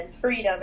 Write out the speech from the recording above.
freedom